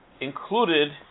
included